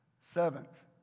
Seventh